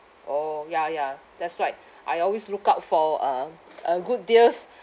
orh ya ya that's right I always look out for um uh good deals